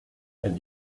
elle